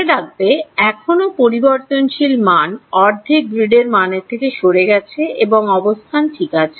মনে রাখবে এখনো পরিবর্তনশীল মান অর্ধেক গ্রিড এর মান থেকে সরে গেছে এবং অবস্থান ঠিক আছে